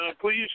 please